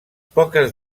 poques